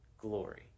glory